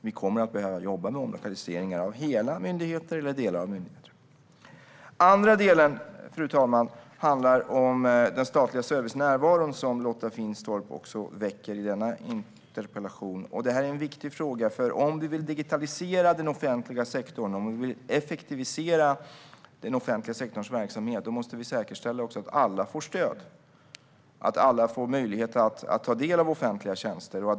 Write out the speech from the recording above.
Vi kommer att behöva jobba med omlokaliseringar av hela eller delar av myndigheter. Fru talman! Den andra delen handlar om den statliga servicens närvaro, vilket Lotta Finstorp även tar upp i sin interpellation. Frågan är viktig, för om vi vill digitalisera den offentliga sektorn och effektivisera den offentliga sektorns verksamhet måste vi också säkerställa att alla får stöd. Alla måste ha möjlighet att ta del av offentliga tjänster.